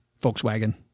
Volkswagen